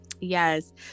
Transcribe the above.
yes